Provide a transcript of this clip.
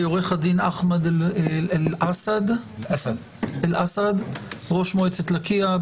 עורך הדין אחמד אלאסד, ראש מועצת לקיה.